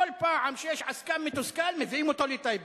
כל פעם כשיש עסקן מתוסכל, מביאים אותו לטייבה.